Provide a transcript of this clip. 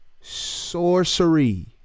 sorcery